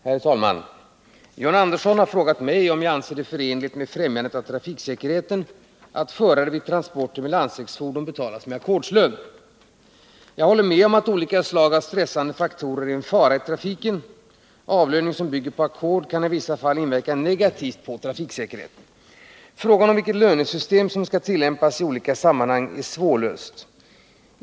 Herr talman! John Andersson har frågat mig om jag anser det förenligt med främjandet av trafiksäkerheten att förare vid transporter med landsvägsfordon betalas med ackordslön. Jag håller med om att olika slag av stressande faktorer är en fara i trafiken. Avlöning som bygger på ackord kan i vissa fall inverka negativt på trafiksäkerheten. Frågan om vilket lönesystem som skall tillämpas i olika sammanhang är svårlöst.